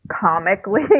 comically